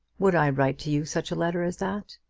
would i write to you such a letter as that?